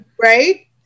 Right